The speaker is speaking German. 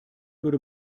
würde